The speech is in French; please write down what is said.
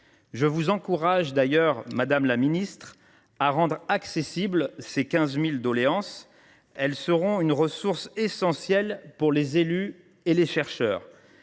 Je vous encourage, d’ailleurs, madame la ministre, à rendre accessibles ces 15 000 doléances. Elles seront une ressource essentielle pour les élus et les chercheurs.